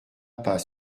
pas